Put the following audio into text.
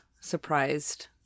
surprised